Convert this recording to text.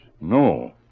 No